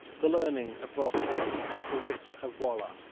the learning of vossius, the wit of waller,